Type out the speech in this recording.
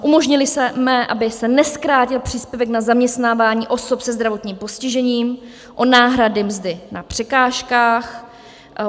Umožnili jsme, aby se nezkrátil příspěvek na zaměstnávání osob se zdravotním postižením o náhrady mzdy na překážkách.